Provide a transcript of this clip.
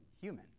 human